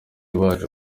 bacu